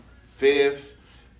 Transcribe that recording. Fifth